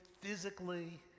physically